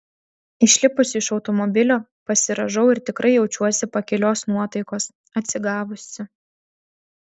išlipusi iš automobilio pasirąžau ir tikrai jaučiuosi pakilios nuotaikos atsigavusi